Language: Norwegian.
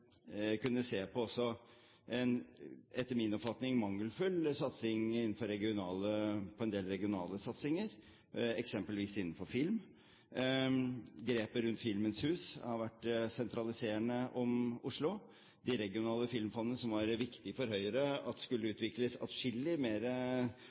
jeg kunne også se på etter min oppfatning mangelfulle regionale satsinger, eksempelvis innenfor film. Grepet rundt Filmens hus har vært sentraliserende om Oslo. De regionale filmfondene, som det var viktig for Høyre skulle